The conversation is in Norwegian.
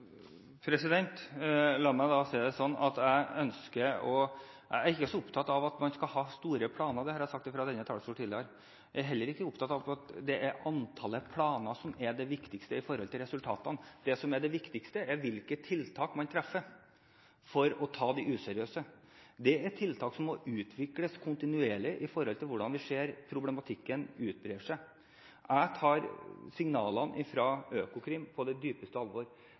La meg si det slik at jeg er ikke så opptatt av at man skal ha store planer, det har jeg sagt fra denne talerstolen tidligere. Jeg er heller ikke opptatt av at det er antallet planer som er det viktigste for resultatene. Det som er det viktigste, er hvilke tiltak man treffer for å ta de useriøse. Det er tiltak som må utvikles kontinuerlig i forhold til hvordan vi ser at problematikken utbrer seg. Jeg tar signalene fra Økokrim på dypeste alvor.